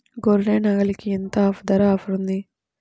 గొర్రె, నాగలికి ఎంత ధర ఆఫర్ ఉంది?